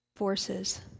Forces